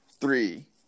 three